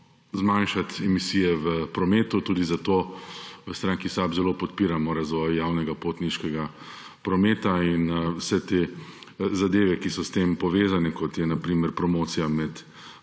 zmanjšati emisije v prometu, tudi zato v stranki SAB zelo podpiramo razvoj javnega potniškega prometa in vse te zadeve, ki so s tem povezane, kot je na primer promocija med